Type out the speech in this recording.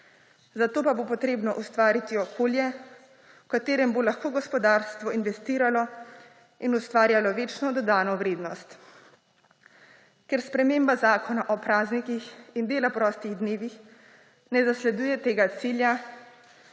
Za to pa bo potrebno ustvariti okolje, v katerem bo lahko gospodarstvo investiralo in ustvarjalo večno dodano vrednost. Ker sprememba Zakona o praznikih in dela prostih dnevih ne zasleduje tega cilja,